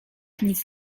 nic